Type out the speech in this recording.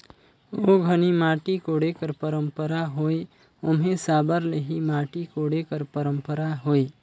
ओ घनी माटी कोड़े कर पंरपरा होए ओम्हे साबर ले ही माटी कोड़े कर परपरा होए